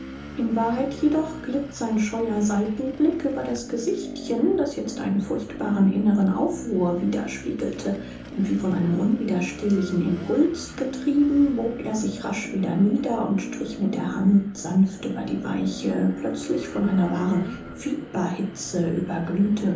in wahrheit jedoch glitt sein scheuer seitenblick über das gesichtchen das jetzt einen furchtbaren inneren aufruhr widerspiegelte und wie von einem unwiderstehlichen impuls getrieben bog er sich rasch wieder nieder und strich mit der hand sanft über die weiche plötzlich von einer wahren fieberhitze überglühte